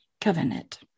covenant